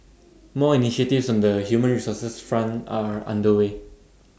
more initiatives on the human resources front are under way